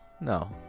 no